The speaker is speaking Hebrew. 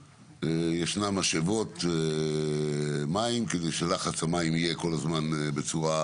שבהם יש משאבות מים כדי שלחץ המים יהיה כל הזמן טוב,